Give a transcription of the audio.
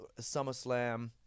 SummerSlam